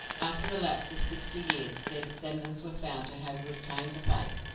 after the lapse of sixty years their descendents were found to have retained the faith,